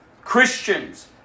Christians